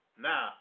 Now